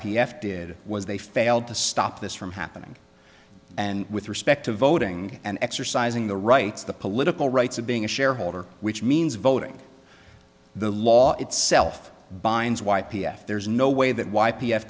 f did was they failed to stop this from happening and with respect to voting and exercising the rights the political rights of being a shareholder which means voting the law itself binds y p f there's no way that y